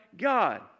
God